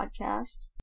podcast